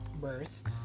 birth